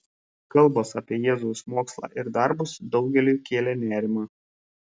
kalbos apie jėzaus mokslą ir darbus daugeliui kėlė nerimą